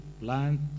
plant